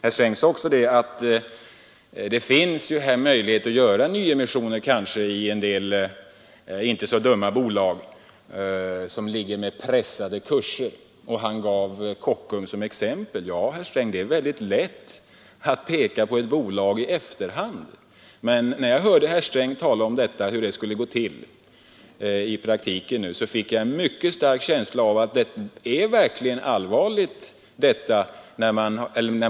Herr Sträng sade också att det finns möjligheter att göra nyemissioner i bolag som har pressade kurser men som kanske inte är så dumma. Han tog Kockum som exempel. Det är väldigt lätt, herr Sträng, att peka på ett bolag i efterhand. När jag hörde herr Sträng tala om hur detta skulle gå till i praktiken, fick jag en mycket stark känsla av att det verkligen är allvarligt.